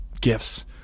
gifts